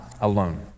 alone